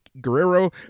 Guerrero